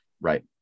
Right